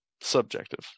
Subjective